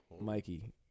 Mikey